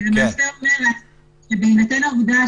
מה שהיא אמרה זה מה שהעלינו פה.